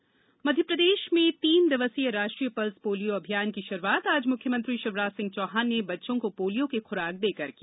pulse polio अभियान प्रदेश में तीन दिवसीय राष्ट्रीय पल्स पोलियो अभियान की शुरूआत आज मुख्यमंत्री शिवराज सिंह चौहान ने बच्चों को पोलियो की खुराक देकर की